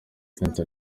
clinton